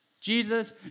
Jesus